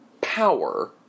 power